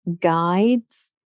guides